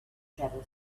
travel